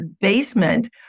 basement